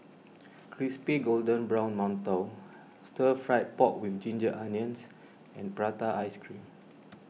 Crispy Golden Brown Mantou Stir Fried Pork with Ginger Onions and Prata Ice Cream